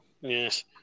Yes